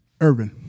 Irvin